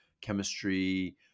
chemistry